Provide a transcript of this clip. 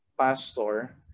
pastor